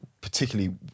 particularly